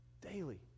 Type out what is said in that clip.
Daily